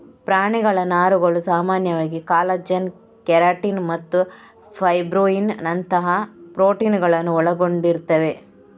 ಪ್ರಾಣಿಗಳ ನಾರುಗಳು ಸಾಮಾನ್ಯವಾಗಿ ಕಾಲಜನ್, ಕೆರಾಟಿನ್ ಮತ್ತು ಫೈಬ್ರೋಯಿನ್ ನಂತಹ ಪ್ರೋಟೀನುಗಳನ್ನ ಒಳಗೊಂಡಿರ್ತವೆ